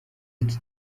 ati